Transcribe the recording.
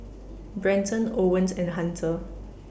Brenton Owens and Hunter